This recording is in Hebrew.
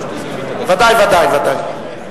ודאי, ודאי, ודאי.